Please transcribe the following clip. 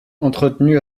entretenu